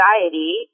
anxiety